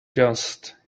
just